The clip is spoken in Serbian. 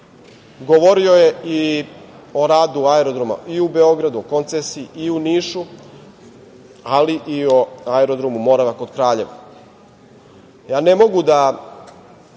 Govorio je i o radu aerodroma i u Beogradu, koncesiji, i u Nišu, ali i o aerodromu „Morava“ kod Kraljeva. Ne